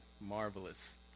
Marvelous